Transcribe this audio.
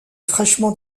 fraîchement